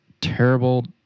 terrible